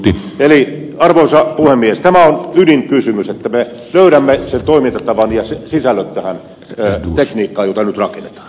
eli arvoisa puhemies tämä on ydinkysymys että me löydämme toimintatavan ja sisällöt tähän tekniikkaan jota nyt rakennetaan